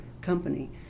company